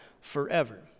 forever